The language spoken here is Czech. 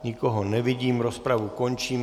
Nikoho nevidím, rozpravu končím.